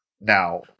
Now